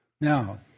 Now